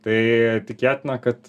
tai tikėtina kad